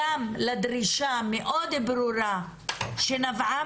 גם לדרישה המאוד ברורה שנבעה